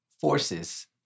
forces